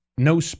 No